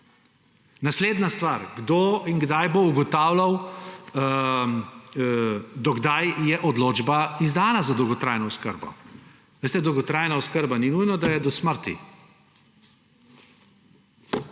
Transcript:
Naslednja stvar. Kdo in kdaj bo ugotavljal, do kdaj je izdana odločba za dolgotrajno oskrbo? Veste, dolgotrajna oskrba ni nujno, da je do smrti.